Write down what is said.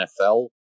NFL